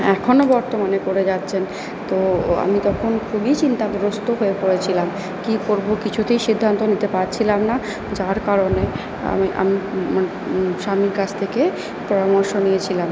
এখনো বর্তমানে করে যাচ্ছেন তো আমি তখন খুবই চিন্তাগ্রস্থ হয়ে পড়েছিলাম কী করব কিছুতেই সিদ্ধান্ত নিতে পারছিলাম না যার কারণে আমি স্বামীর কাছ থেকে পরামর্শ নিয়েছিলাম